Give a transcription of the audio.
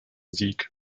sieg